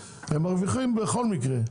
הם מרוויחים בכל מקרה,